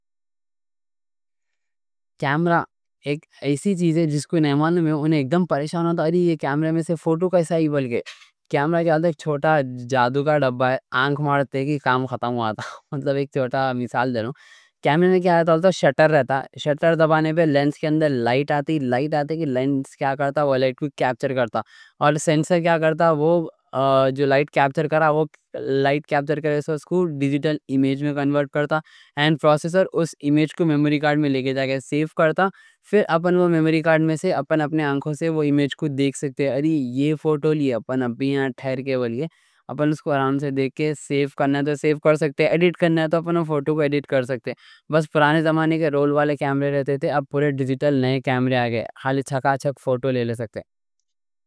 کیمرہ ایک ایسی چیز ہے جس کو نہیں معلوم، انہیں اکدم پریشان ہوتا ہے۔ اَرے یہ کیمرے میں سے فوٹو کیسا آئے، بلکہ کیمرہ کیا ہوتا ہے؟ ایک چھوٹا جادو کا ڈبہ ہے، آنکھ مارتے کے کام ختم ہوا۔ آتا ہے، مطلب ایک چھوٹا مثال دینو، کیمرے میں کیا ہوتا ہوتا ہے؟ شٹر رہتا، شٹر دبانے پر لینز کے اندر لائٹ آتی۔ لائٹ آتے کے لینز کیا کرتا؟ وہ لائٹ کو کیپچر کرتا۔ اور سنسر کیا کرتا؟ وہ جو لائٹ کیپچر کرتا، اس کو ڈیجیٹل امیج میں کنورٹ کرتا۔ اور پروسیسر اس امیج کو میموری کارڈ میں لے کے جا کے سیو کرتا۔ پھر اپن وہ میموری کارڈ میں سے اپن اپنے آنکھوں سے وہ امیج کو دیکھ سکتے، اَرے یہ فوٹو لیے اپن ابھی یہاں ٹھہر کے وہ لیے اپن۔ اس کو آرام سے دیکھ کے سیو کرنا تو سیو کر سکتے، ایڈٹ کرنا تو اپنے فوٹو کو ایڈٹ کر سکتے۔ بس پرانے زمانے کے رول والے کیمرے رہتے تھے، اب پورے ڈیجیٹل نئے کیمرے آگئے، حالی چھکا چھک فوٹو لے لے سکتے۔